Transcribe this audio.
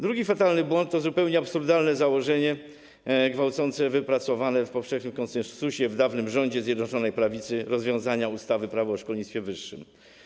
Drugi fatalny błąd to zupełnie absurdalne założenie gwałcące wypracowane w powszechnym konsensusie w dawnym rządzie Zjednoczonej Prawicy rozwiązania ustawy - Prawo o szkolnictwie wyższym.